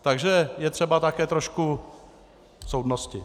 Takže je třeba také trošku soudnosti.